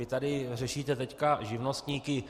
Vy tady řešíte teď živnostníky.